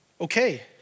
Okay